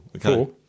Four